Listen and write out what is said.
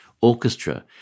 orchestra